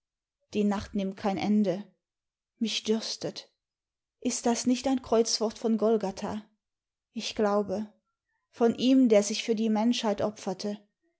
die nacht nimmt kein ende mich dürstet ist das nicht ein kreuzwort von golgatha ich glaube von ihm der sich für die menschheit opferte